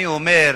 אני אומר,